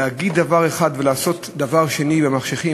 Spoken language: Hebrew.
להגיד דבר אחד ולעשות דבר שני במחשכים.